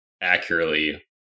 accurately